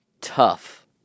Tough